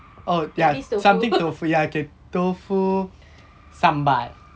tofu